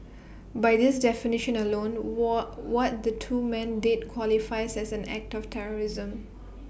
by this definition alone what what the two men did qualifies as an act of terrorism